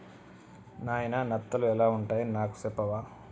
నాయిన నత్తలు ఎలా వుంటాయి నాకు సెప్పవా